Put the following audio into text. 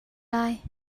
lai